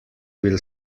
will